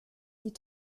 die